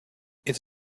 it’s